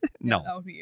No